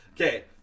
okay